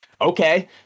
okay